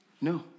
No